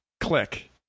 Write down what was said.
click